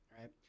Right